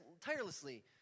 tirelessly